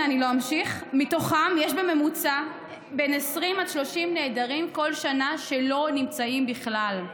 מתוכם יש בממוצע 20 30 נעדרים בכל שנה שלא נמצאים בכלל.